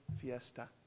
fiesta